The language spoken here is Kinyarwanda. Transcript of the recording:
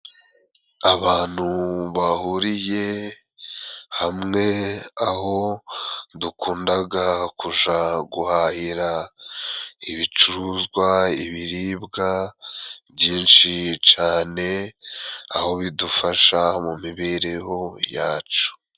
Abantu bahuriye hamwe aho dukundaga kuja guhahira ibicuruzwa, ibiribwa byinshi cane, aho bidufasha mu mibereho yacu.